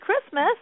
Christmas